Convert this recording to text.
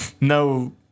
no